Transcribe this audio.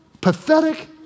pathetic